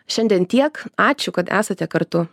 šiandien tiek ačiū kad esate kartu